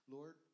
Lord